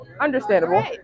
Understandable